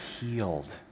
healed